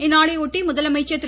இந்நாளை ஒட்டி முதலமைச்சர் திரு